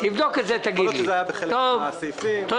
או יכול להיות שזה היה בחלק מהסעיפים --- תבדוק את זה ותגיד לי,